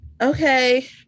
okay